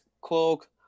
cloak